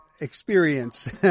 experience